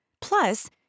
Plus